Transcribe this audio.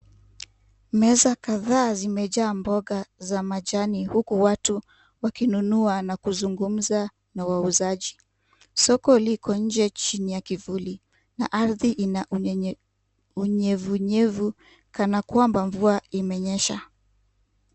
Meza kadhaa zimejaa mboga za majani, huku watu wakinunua na kuzungumza na wauzaji. Soko liko nje chini ya kivuli, na ardhi ina unyevunyevu, kana kwamba mvua imenyesha.